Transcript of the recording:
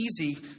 easy